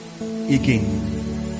again